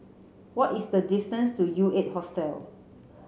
what is the distance to U Eight Hostel